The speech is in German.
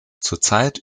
zurzeit